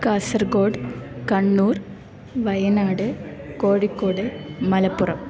Kasaragod Kannur Wayanad Kozhikode Malappuram